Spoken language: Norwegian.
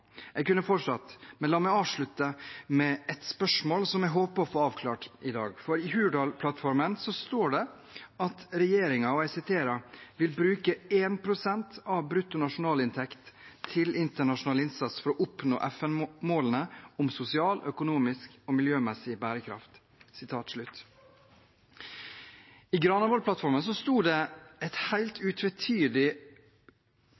Jeg kunne fortsatt, men la meg avslutte med et spørsmål som jeg håper å få avklart i dag. I Hurdalsplattformen står det at regjeringen «vil bruke én prosent av bruttonasjonalinntekten til internasjonal innsats for å oppnå FN-målene om sosial, økonomisk og miljømessig bærekraft». I Granavolden-plattformen sto det helt utvetydig at 1 pst. av BNI skulle bevilges til offisiell utviklingsbistand, ODA, og det